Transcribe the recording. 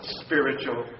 spiritual